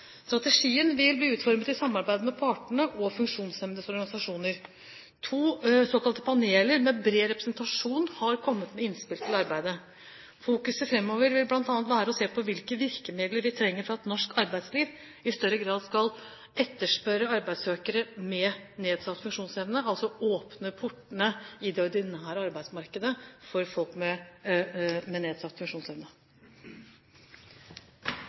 Strategien vil bli utformet i samarbeid med partene og funksjonshemmedes organisasjoner. To såkalte paneler med bred representasjon har kommet med innspill til arbeidet. Fokuset fremover vil bl.a. være å se på hvilke virkemidler vi trenger for at norsk arbeidsliv i større grad skal etterspørre arbeidssøkere med nedsatt funksjonsevne, altså åpne portene i det ordinære arbeidsmarkedet for folk med nedsatt funksjonsevne.